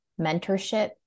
mentorship